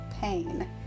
pain